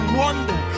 wonder